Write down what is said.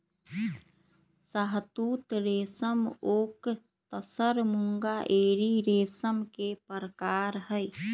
शहतुत रेशम ओक तसर मूंगा एरी रेशम के परकार हई